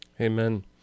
amen